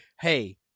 hey